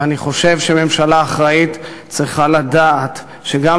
ואני חושב שממשלה אחראית צריכה לדעת שגם